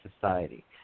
society